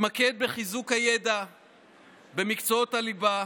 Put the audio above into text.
ותתמקד בחיזוק הידע במקצועות הליבה